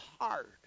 hard